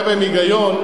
היה בהם היגיון,